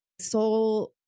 soul